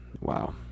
Wow